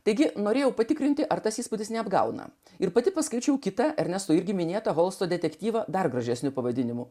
taigi norėjau patikrinti ar tas įspūdis neapgauna ir pati paskaičiuokite ernestui irgi minėto holmso detektyvo dar gražesniu pavadinimu